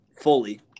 fully